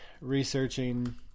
researching